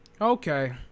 Okay